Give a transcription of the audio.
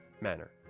manner